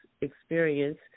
experience